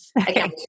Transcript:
Okay